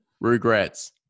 regrets